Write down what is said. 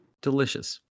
Delicious